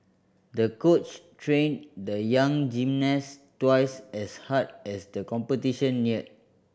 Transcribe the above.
the coach trained the young gymnast twice as hard as the competition neared